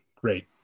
great